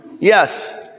Yes